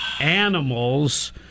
animals